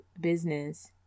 business